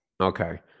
Okay